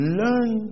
learn